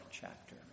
chapter